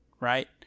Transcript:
Right